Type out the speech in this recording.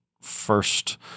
first